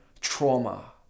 trauma